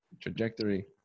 trajectory